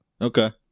Okay